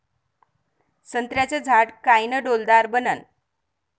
संत्र्याचं झाड कायनं डौलदार बनन?